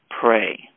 pray